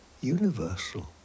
universal